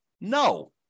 No